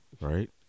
right